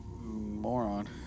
Moron